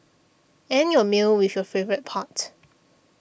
end your meal with your favourite part